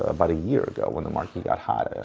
about a year ago, when the market got hot,